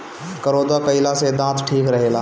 करौदा खईला से दांत ठीक रहेला